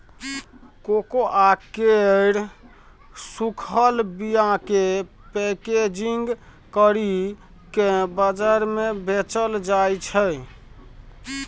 cocoa केर सूखल बीयाकेँ पैकेजिंग करि केँ बजार मे बेचल जाइ छै